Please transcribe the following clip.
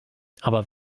aber